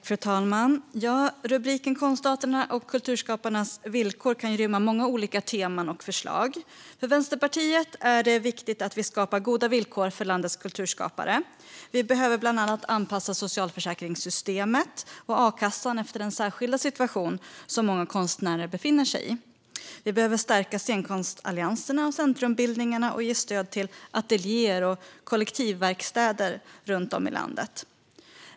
Fru talman! Rubriken "Konstarterna och kulturskaparnas villkor" kan rymma många olika teman och förslag. För Vänsterpartiet är det viktigt att vi skapar goda villkor för landets kulturskapare. Vi behöver bland annat anpassa socialförsäkringssystemet och a-kassan efter den särskilda situation som många konstnärer befinner sig i. Vi behöver stärka scenkonstallianserna och centrumbildningarna och ge stöd till ateljéer och kollektivverkstäder runt om i landet.